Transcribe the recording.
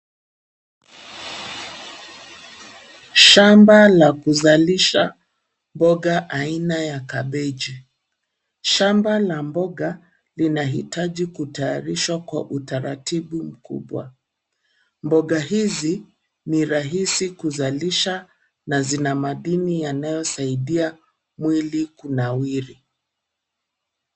Shamba la kuzalisha mboga aina ya kabeji. Shamba la mboga linahitaji kutayarishwa kwa utaratibu mkubwa. Mboga hizi ni rahisi kuzalisha na zina madini yanayosaidia mwili kunawiri.